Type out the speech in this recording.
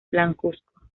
blancuzco